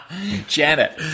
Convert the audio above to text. janet